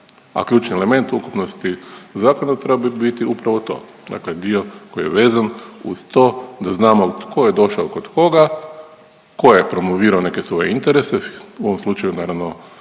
a ključni element ukupnosti zakona trebao bi biti upravo to. Dakle, dio koji je vezan uz to da znamo tko je došao kod koga, tko je promovirao neke svoje interese. U ovom slučaju naravno